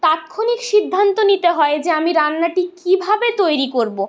তাৎক্ষণিক সিদ্ধান্ত নিতে হয় যে আমি রান্নাটি কীভাবে তৈরি করব